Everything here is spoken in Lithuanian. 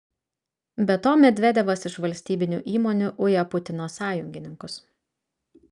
be to medvedevas iš valstybinių įmonių uja putino sąjungininkus